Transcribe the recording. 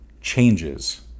changes